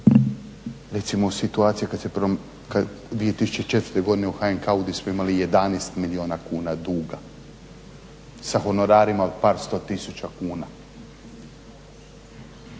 Recimo situacija kada je 2004. u HNK-u smo imali 11 milijuna kuna duga, samo na … od par 100 tisuća kuna